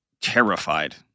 terrified